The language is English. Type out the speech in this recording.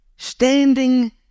Standing